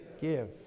give